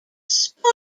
spot